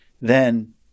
Then-